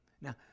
Now